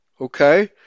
okay